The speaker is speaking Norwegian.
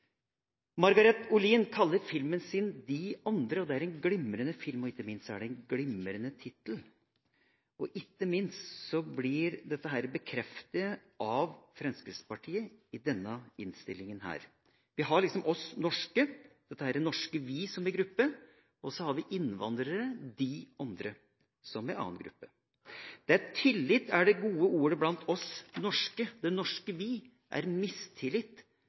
Margreth Olin kaller filmen sin «De andre». Det er en glimrende film, og ikke minst er det en glimrende tittel. Dette blir ikke minst bekreftet av Fremskrittspartiet i denne innstillinga. Vi har liksom oss norske, dette norske «vi» som en gruppe, og så har vi innvandrere, «de andre», som en annen gruppe. Der tillit er det gode ordet blant oss norske, det norske vi, er mistillit